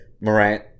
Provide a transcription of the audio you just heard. Morant